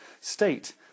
state